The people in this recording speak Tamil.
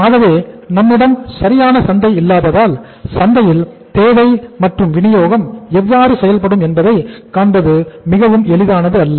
ஆகவே நம்மிடம் சரியான சந்தை இல்லாததால் சந்தையில் தேவை மற்றும் வினியோகம் எவ்வாறு செயல்படும் என்பதை காண்பது மிகவும் எளிதானது அல்ல